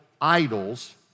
idols